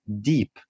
deep